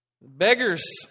Beggars